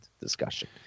discussion